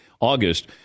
August